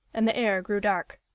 and the air grew dark.